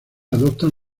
adoptan